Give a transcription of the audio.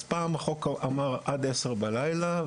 פעם החוק אמר עד עשר בלילה,